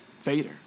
Vader